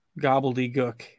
gobbledygook